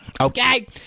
okay